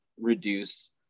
reduce